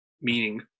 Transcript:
meaning